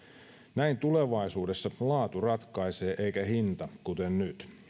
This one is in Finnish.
näin tulevaisuudessa laatu ratkaisee eikä hinta kuten nyt